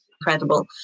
incredible